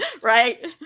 right